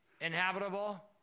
inhabitable